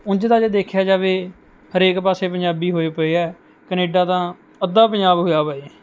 ਉਂਝ ਤਾਂ ਜੇ ਦੇਖਿਆ ਜਾਵੇ ਹਰੇਕ ਪਾਸੇ ਪੰਜਾਬੀ ਹੋਏ ਪਏ ਹੈ ਕੈਨੇਡਾ ਤਾਂ ਅੱਧਾ ਪੰਜਾਬ ਹੋਇਆ ਵਾ ਇਹ